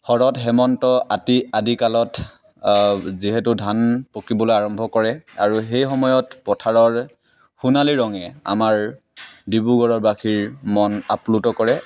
শৰৎ হেমন্ত আতি আদি কালত যিহেতু ধান পকিবলৈ আৰম্ভ কৰে আৰু সেই সময়ত পথাৰৰ সোণালী ৰঙে আমাৰ ডিব্ৰুগড় বাসীৰ মন আপ্লুত কৰে